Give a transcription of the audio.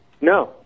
No